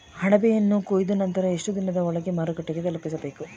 ಅಣಬೆಯನ್ನು ಕೊಯ್ದ ನಂತರ ಎಷ್ಟುದಿನದ ಒಳಗಡೆ ಮಾರುಕಟ್ಟೆ ತಲುಪಿಸಬೇಕು?